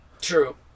True